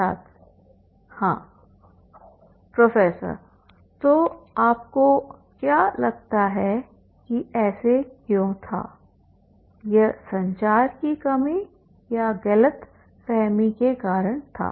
छात्र हाँ प्रोफेसर तो आपको क्या लगता है कि ऐसा क्यों था यह संचार की कमी या गलतफहमी के कारण था